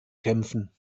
kämpfen